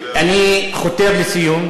אני חותר לסיום,